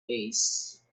base